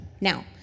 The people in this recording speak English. Now